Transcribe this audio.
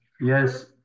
yes